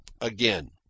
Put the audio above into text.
again